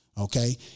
Okay